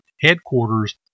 Headquarters